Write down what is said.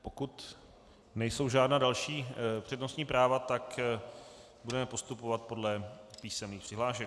Pokud nejsou žádná další přednostní práva, budeme postupovat podle písemných přihlášek.